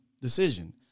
decision